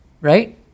right